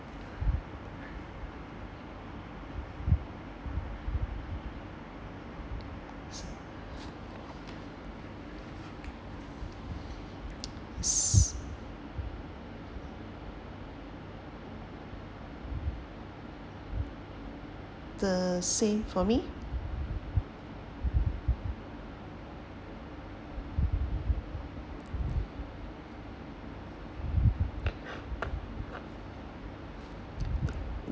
the same for me